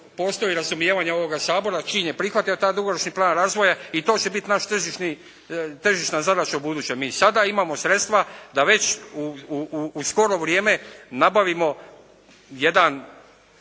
postoji razumijevanje ovoga Sabora čim je prihvatio taj dugoročni plan razvoja. I to će biti naš tržišni, tržišna zadaća ubudućem. Mi sada imamo sredstva da već u skoro vrijeme nabavimo jedan